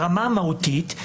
ברמה המהותית,